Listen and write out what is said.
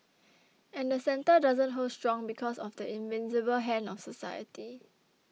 and the centre doesn't hold strong because of the invisible hand of society